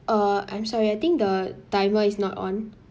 uh I'm sorry I think the timer is not on